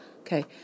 Okay